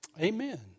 Amen